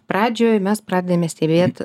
pradžioj mes pradedame stebėt